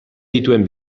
dituen